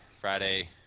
friday